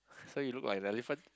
so you look like the elephant